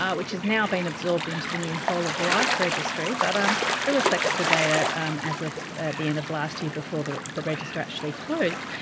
ah which has now been absorbed into the new whole of life registry, but um it reflects the data um as of the end of last year before the the register actually closed.